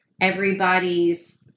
everybody's